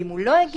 ואם הוא לא הגיש,